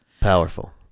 Powerful